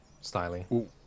styling